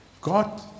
God